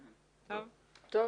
בסדר.